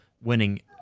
winning